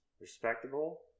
respectable